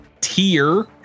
tier